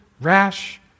rash